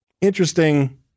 interesting